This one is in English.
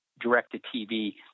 direct-to-TV